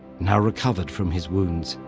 now recovered from his wounds,